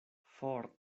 for